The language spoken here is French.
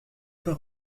pas